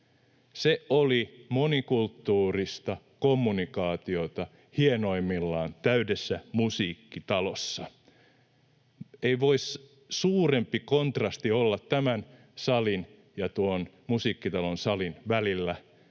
Se oli monikulttuurista kommunikaatiota hienoimmillaan täydessä Musiikkitalossa. Ei voisi suurempi kontrasti olla tämän salin ja tuon Musiikkitalon salin välillä,